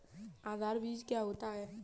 आधार बीज क्या होता है?